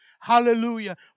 Hallelujah